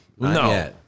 No